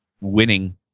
winning